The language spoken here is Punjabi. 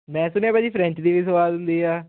ਵੈਸੇ ਨਾ ਭਾਅ ਜੀ ਫਰੈਂਚ ਦੀ ਵੀ ਸਵਾਦ ਹੁੰਦੀ ਆ